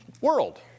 world